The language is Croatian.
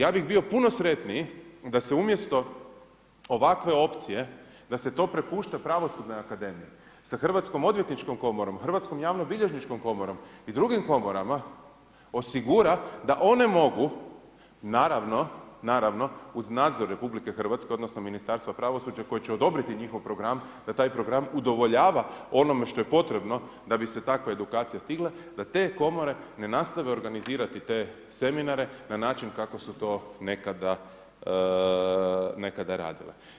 Ja bih bio puno sretniji da se umjesto ovakve opcije da se to prepušta pravosudnoj akademiji sa Hrvatskom odvjetničkom komorom, hrvatsko javnobilježničkom komorom i drugim komorama osigura da one mogu, naravno, naravno uz nadzor RH, odnosno Ministarstva pravosuđa koje će odobriti njihov program, da taj program udovoljava onome što je potrebno da bi se takva edukacija stigla da te komore ne nastave organizirati te seminare na način kako su to nekada radile.